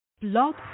Blog